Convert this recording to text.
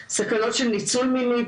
סכנות של ניצול מיני,